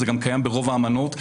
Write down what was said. זה קיים גם ברוב האמנות,